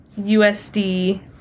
USD